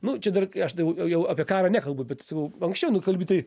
nu čia dar kai aš jau jau apie karą nekalbu bet sakau anksčiau nu kalbi tai